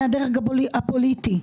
מהדרג הפוליטי.